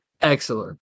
Excellent